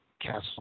Castle